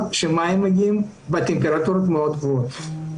שמים מגיעים בטמפרטורות מאוד גבוהות.